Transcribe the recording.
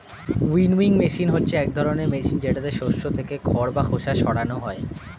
winnowing machine হচ্ছে এক ধরনের মেশিন যেটাতে শস্য থেকে খড় বা খোসা সরানো হয়